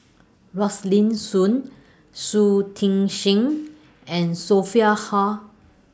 Rosaline Soon Shui Tit Sing and Sophia Hull